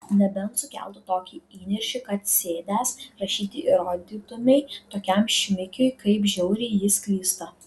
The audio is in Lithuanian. nebent sukeltų tokį įniršį kad sėdęs rašyti įrodytumei tokiam šmikiui kaip žiauriai jis klysta